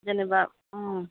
जेनोबा